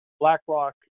BlackRock